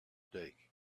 day